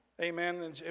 amen